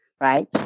right